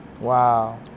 Wow